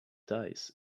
dice